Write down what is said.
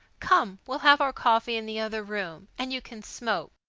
come, we'll have our coffee in the other room, and you can smoke.